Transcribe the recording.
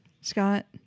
Scott